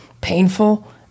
painful